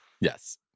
Yes